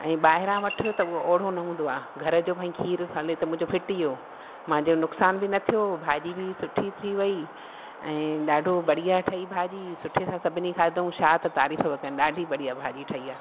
ऐं ॿाहिरां वठि त उहो ओहड़ो न हूंदो आहे घर जो भाई खीरु हले त उहो फिटी वियो मुंहिंजो नुक़सानु बि न थियो भाॼी बि सुठी थी वई ऐं ॾाढो बढ़िया ठही भाॼी सुठे सां सभिनी खाधाऊं छा त तारीफ़ पिया कनि ॾाढी बढ़िया भाॼी ठही आहे